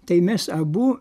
tai mes abu